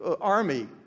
army